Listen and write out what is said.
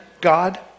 God